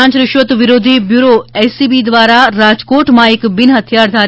લાંચ રૂશ્વત વિરોધી બ્યૂરો દ્વારા રાજકોટમાં એક બિન હથિયારધારી